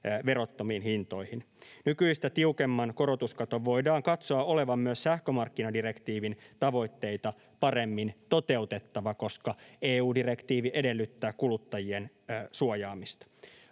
verottomiin hintoihin. Nykyistä tiukemman korotuskaton voidaan katsoa olevan myös sähkömarkkinadirektiivin tavoitteita paremmin toteuttava, koska EU-direktiivi edellyttää kuluttajien suojaamista.